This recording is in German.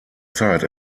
zeit